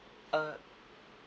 uh